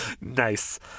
Nice